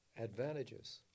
advantages